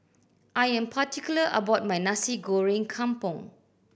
I am particular about my Nasi Goreng Kampung